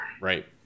right